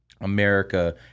America